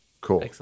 Cool